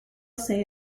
say